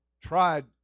tried